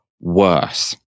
worse